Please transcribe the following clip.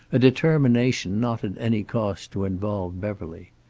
a determination not at any cost to involve beverly.